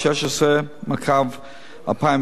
16/2012,